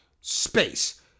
space